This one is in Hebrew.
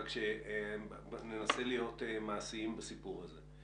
רק שננסה להיות מעשיים בסיפור הזה.